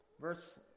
Verse